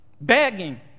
begging